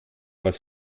was